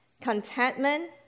contentment